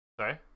Sorry